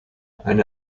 eine